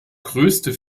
größte